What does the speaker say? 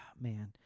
Man